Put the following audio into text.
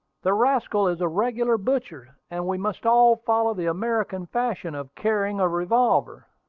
the rascal is a regular butcher, and we must all follow the american fashion of carrying a revolver.